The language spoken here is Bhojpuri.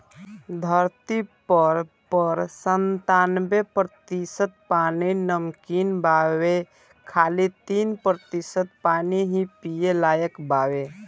धरती पर पर संतानबे प्रतिशत पानी नमकीन बावे खाली तीन प्रतिशत पानी ही पिए लायक बावे